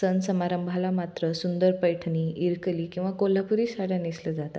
सण समारंभाला मात्र सुंदर पैठणी इरकली किंवा कोल्हापुरी साड्या नेसल्या जातात